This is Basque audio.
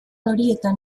horietan